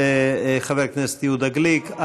לחבר הכנסת יהודה גליק.